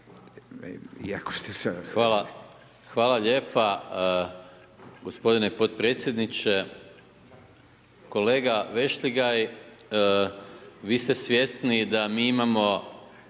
Hvala lijepa gospodine potpredsjedniče. Kolega Vešligaj, vi ste svjesni da mi imamo